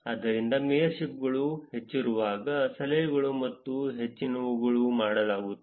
ಆದ್ದರಿಂದ ಮೇಯರ್ಶಿಪ್ಗಳು ಹೆಚ್ಚಿರುವಾಗ ಸಲಹೆಗಳು ಮತ್ತು ಹೆಚ್ಚಿನವುಗಳನ್ನು ಮಾಡಲಾಗುತ್ತದೆ